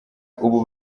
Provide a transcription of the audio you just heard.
ubu